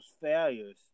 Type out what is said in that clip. failures